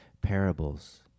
parables